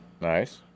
Nice